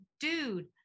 dude